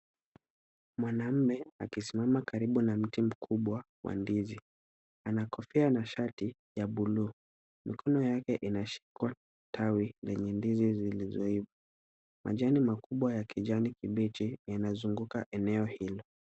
Mwanaume akisimama karibu na mti mkubwa wa ndizi. Ana kofia na shati ya buluu. Mikono yake inashika tawi lenye ndizi zilizoiva. Majani makubwa ya kijani kibichi inazunguka eneo hilo.